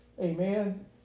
Amen